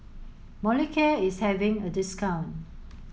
Molicare is having a discount